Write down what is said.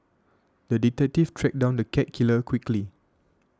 the detective tracked down the cat killer quickly